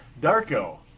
Darko